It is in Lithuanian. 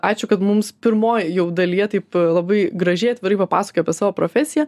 ačiū kad mums pirmoj jau dalyje taip labai gražiai atvirai papasakojai apie savo profesiją